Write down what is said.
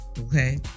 Okay